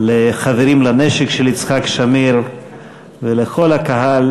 לחברים לנשק של יצחק שמיר ולכל הקהל